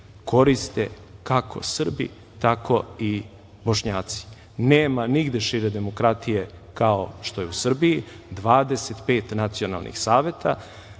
koriste kako Srbi, tako i Bošnjaci. Nema nigde šire demokratije kao što je u Srbiji, 25 nacionalnih saveta,